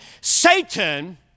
Satan